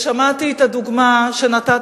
שמעתי את הדוגמה שנתת,